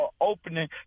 opening